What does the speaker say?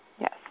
Yes